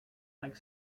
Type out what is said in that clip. like